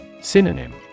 Synonym